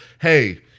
hey